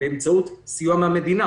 באמצעות סיוע מהמדינה